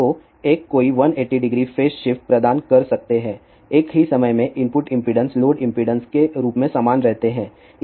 तो एक कोई 1800 फेज शिफ्ट प्रदान कर सकते हैं एक ही समय में इनपुट इम्पीडेंस लोड इम्पीडेंस के रूप में समान रहते हैं